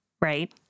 right